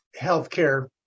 healthcare